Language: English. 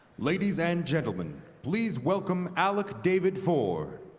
ladies and gentlemen, please welcome alec david fore